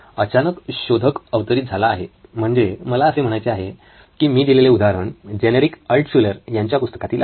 अचानक शोधक अवतरीत झाला आहे म्हणजे मला असे म्हणायचे आहे की मी दिलेले हे उदाहरण जेनेरिक अल्टशुलर यांच्या पुस्तकातील आहे